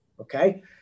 okay